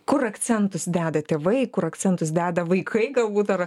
kur akcentus deda tėvai kur akcentus deda vaikai galbūt ar